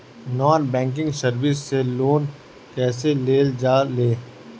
Non banking service से loan कैसे लेल जा ले?